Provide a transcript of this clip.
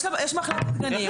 יש מחלקת גנים,